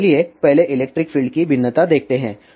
तो चलिए पहले इलेक्ट्रिक फील्ड की भिन्नता देखते हैं